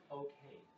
okay